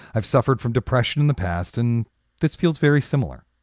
i've suffered from depression in the past and this feels very similar.